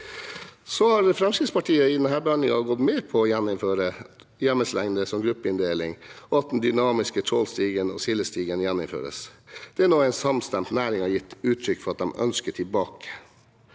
denne behandlingen gått med på å gjeninnføre hjemmelslengde som gruppeinndeling og at den dynamiske trålstigen og sildestigen gjeninnføres. Det er noe en samstemt næring har gitt uttrykk for at de ønsker tilbake,